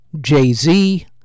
Jay-Z